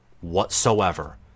whatsoever